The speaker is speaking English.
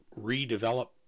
redevelop